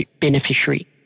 beneficiary